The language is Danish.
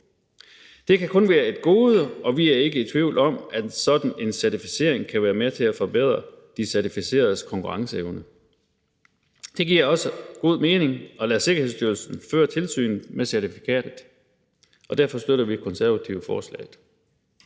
Det kan kun være et gode, og vi er ikke i tvivl om, at sådan en certificering kan være med til at forbedre de certificeredes konkurrenceevne. Det giver også god mening at lade Sikkerhedsstyrelsen føre tilsynet med certifikatet. Derfor støtter vi Konservative forslaget.